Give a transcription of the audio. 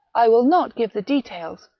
i will not give the details,